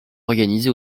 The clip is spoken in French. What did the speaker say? organisé